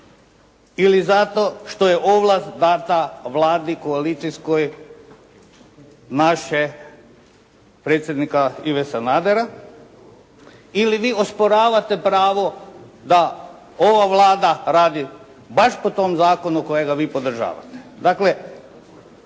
ili zato što je ovlast dana Vladi koalicijskoj naše predsjednika Ive Sanadera ili vi osporavate pravo da ova Vlada radi baš po tom zakonu kojega vi podržavate.